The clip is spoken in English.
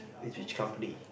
which which company